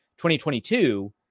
2022